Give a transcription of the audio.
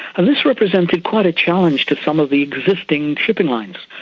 and this represented quite a challenge to some of the existing shipping lines,